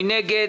מי נגד?